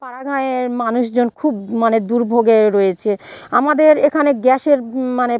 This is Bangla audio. পাড়া গাঁয়ের মানুষ জন খুব মানে দুর্ভোগে রয়েছে আমাদের এখানে গ্যাসের মানে